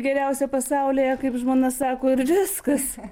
geriausia pasaulyje kaip žmona sako ir viskas